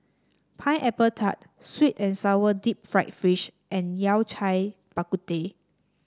Pineapple Tart sweet and sour Deep Fried Fish and Yao Cai Bak Kut Teh